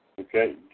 Okay